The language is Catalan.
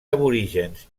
aborígens